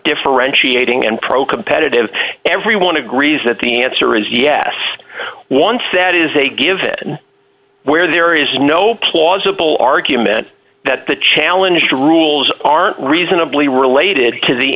differentiating and pro competitive everyone agrees that the answer is yes once that is a given where there is no plausible argument that the challenge rules are reasonably related to the